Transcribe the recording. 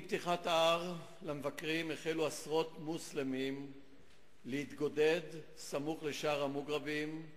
עם פתיחת ההר למבקרים החלו עשרות מוסלמים להתגודד סמוך לשער המוגרבים.